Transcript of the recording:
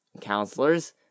counselors